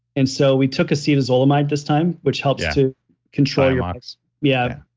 and so we took acetazolamide at this time, which helps to control your eyes yeah.